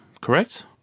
correct